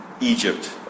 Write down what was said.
Egypt